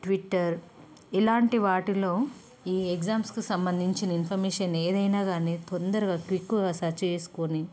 Twitter ఇలాంటి వాటిలో ఈ ఎగ్జామ్స్కి సంబంధించిన ఇన్ఫర్మేషన్ ఏదైనా కానీ తొందరగా క్విక్గా సెర్చ్ చేసుకుని